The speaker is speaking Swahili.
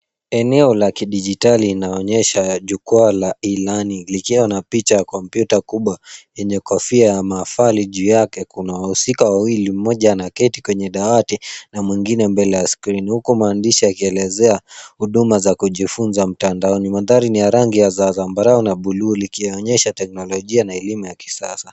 Eneo la kidijitali linaonyesha jukwaa la eLearning likiwa na picha ya kompyuta kubwa yenye kofia ya mahafali juu yake. Kuna wahusika wawili, moja anaketi kwenye dawati na mwingine mbele ya skrini huku maandishi yakielezea huduma za kujifunza mtandaoni. Mandhari ni ya rangi ya zambarau na buluu likionuesha teknolojia na elimu ya kisasa.